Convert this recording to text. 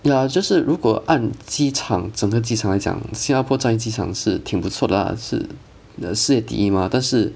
ya 就是如果按机场整个机场来讲新加坡樟宜机场是挺不错的啊是是第一吗但是